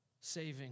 saving